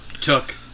took